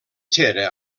xera